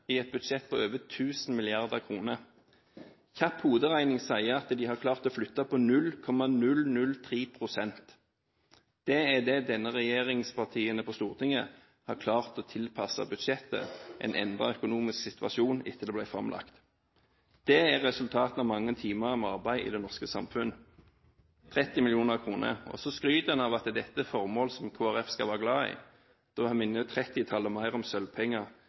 i et budsjett på over 1 000 mrd. kr. Kjapp hoderegning sier at de har klart å flytte på 0,003 pst. Det er det disse regjeringspartiene på Stortinget har klart å tilpasse budsjettet en endret økonomisk situasjon etter at det ble framlagt. Det er resultatet av mange timer med arbeid i det norske samfunn: 30 mill. kr – og så skryter en av at dette er formål som Kristelig Folkeparti skal være glad i. Da minner tallet 30 mer om sølvpenger